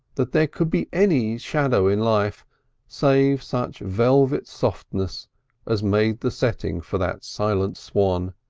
that there could be any shadow in life save such velvet softnesses as made the setting for that silent swan,